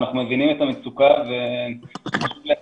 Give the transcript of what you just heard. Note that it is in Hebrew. אנחנו מבינים את המצוקה, וחשוב להגיד